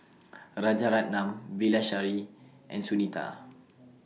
Rajaratnam Bilahari and Sunita